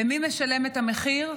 ומי משלם את המחיר?